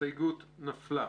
ההסתייגות נפלה.